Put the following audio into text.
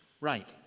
Right